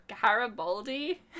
Garibaldi